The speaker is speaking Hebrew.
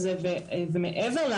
השם,